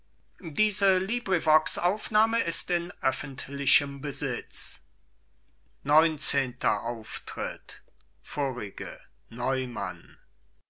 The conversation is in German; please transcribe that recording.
gegolten neunzehnter auftritt vorige neumann